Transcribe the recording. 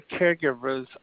caregivers